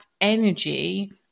energy